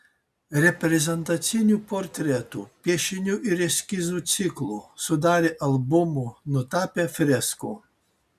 reprezentacinių portretų piešinių ir eskizų ciklų sudarė albumų nutapė freskų